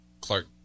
Clark